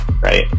right